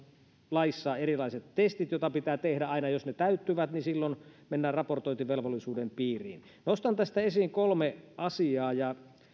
laissa erilaiset testit joita pitää tehdä aina jos ne täyttyvät mennään raportointivelvollisuuden piiriin nostan tästä esiin kolme asiaa